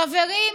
חברים,